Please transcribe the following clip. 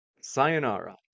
Sayonara